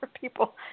people